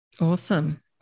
Awesome